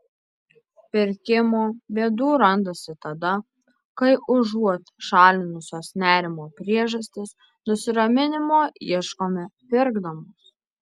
pirkimo bėdų randasi tada kai užuot šalinusios nerimo priežastis nusiraminimo ieškome pirkdamos